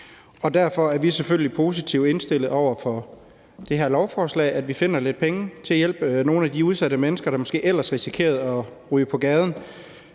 Derfor er vi selvfølgelig positivt indstillet over for det her lovforslag, altså at vi finder lidt penge til at hjælpe nogle af de udsatte mennesker, der måske ellers risikerede at ryge på gaden.